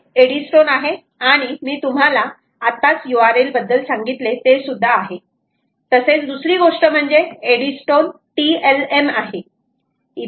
तिथे एडीस्टोन आहे आणि मी तुम्हाला आत्ताच URL बद्दल सांगितले तेसुद्धा आहे तसेच दुसरी गोष्ट म्हणजे एडीस्टोन TLM आहे